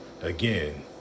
Again